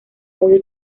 muy